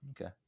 okay